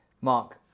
Mark